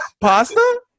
Pasta